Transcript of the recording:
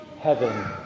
heaven